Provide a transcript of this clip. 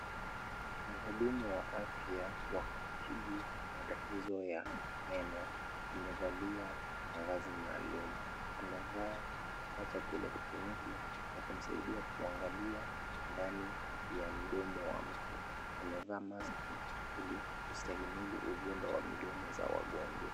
Mhudumu wa afya wa kutibu matatizo ya meno amevalia mavazi maalum, amevaa kifaa cha kielektroniki na kumsaidia kuangalia ndani ya mdomo wa mtu. Amevaa maski ili kustahamili uvundo wa midomo za wagonjwa.